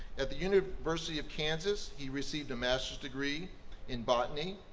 at the university of kansas he received a master's degree in botany,